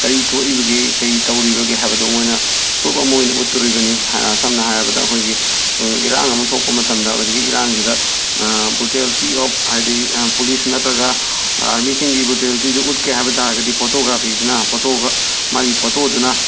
ꯀꯔꯤ ꯊꯣꯛꯏꯕꯒꯦ ꯀꯩ ꯇꯧꯔꯤꯕꯒꯦ ꯍꯥꯏꯕꯗꯣ ꯃꯣꯏꯅ ꯄ꯭ꯔꯨꯞ ꯑꯃ ꯑꯣꯏꯅ ꯎꯠꯇꯣꯔꯤꯕꯅꯤ ꯁꯝꯅ ꯍꯥꯏꯔꯕꯗ ꯑꯩꯈꯣꯏꯒꯤ ꯏꯔꯥꯡ ꯑꯃ ꯊꯣꯛꯄ ꯃꯇꯝꯗ ꯍꯧꯖꯤꯛꯀꯤ ꯏꯔꯥꯡꯁꯤꯗ ꯕ꯭ꯔꯨꯇꯦꯜꯂꯤꯇꯤ ꯑꯣꯞ ꯍꯥꯏꯗꯤ ꯄꯨꯂꯤꯁ ꯅꯠꯇ꯭ꯔꯒ ꯑꯥꯔꯃꯤꯁꯤꯡꯒꯤ ꯕ꯭ꯔꯨꯇꯦꯜꯂꯤꯇꯤꯗꯣ ꯎꯠꯀꯦ ꯍꯥꯏꯕ ꯇꯥꯔꯒꯗꯤ ꯐꯣꯇꯣꯒ꯭ꯔꯥꯐꯤꯁꯤꯅ ꯐꯣꯇꯣꯒ ꯃꯥꯒꯤ ꯐꯣꯇꯣꯗꯨꯅ